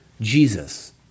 Jesus